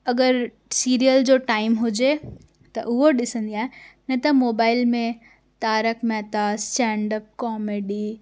अगरि सीरियल जो टाइम हुजे त उहो ॾिसंदी आहियां न त मोबाइल में Tarak Mehta stand up comedy